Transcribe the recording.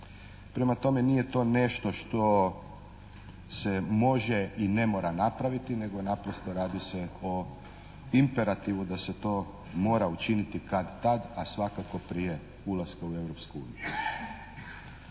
Prema tome, nije to nešto što se može i ne mora napraviti, nego naprosto radi se o imperativu da se to mora učiniti kad-tad, a svakako prije ulaska u